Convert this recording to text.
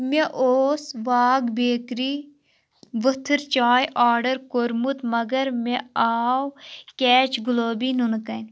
مےٚ اوس واگھ بیٚکری ؤتھٕر چاے آرڈر کوٚرمُت مگر مےٚ آو کیچ گُلٲبی نُنہٕ کَنہِ